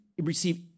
receive